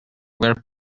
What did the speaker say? were